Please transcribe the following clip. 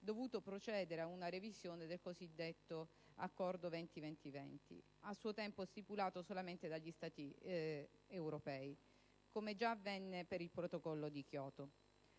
dovuto procedere ad una revisione del cosiddetto Accordo del 20-20-20, a suo tempo stipulato solamente dagli Stati europei, come già avvenne per il Protocollo di Kyoto.